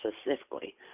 specifically